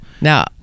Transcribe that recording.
Now